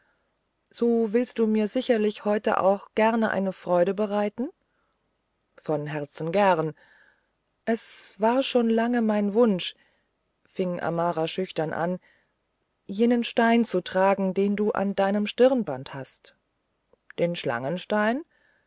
so willst du mir sicherlich heute auch gern eine freude bereiten von herzen gerne es war schon lange mein wunsch fing amara schüchtern an jenen stein zu tragen den du in deinem stirnband hast den